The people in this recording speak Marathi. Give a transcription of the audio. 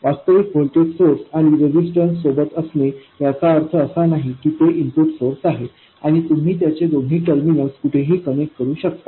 वास्तविक व्होल्टेज सोर्स आणि रेजिस्टन्स सोबत असने याचा अर्थ असा नाही की ते इनपुट सोर्स आहे आणि तुम्ही त्याचे दोन्ही टर्मिनल्स terminals टोक कुठेही कनेक्ट करू शकता